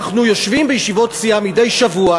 אנחנו יושבים בישיבות סיעה מדי שבוע,